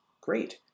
Great